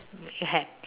you had